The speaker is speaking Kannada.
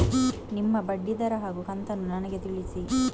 ನಿಮ್ಮ ಬಡ್ಡಿದರ ಹಾಗೂ ಕಂತನ್ನು ನನಗೆ ತಿಳಿಸಿ?